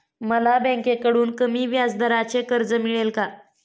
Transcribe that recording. मला बँकेकडून कमी व्याजदराचे कर्ज मिळेल का?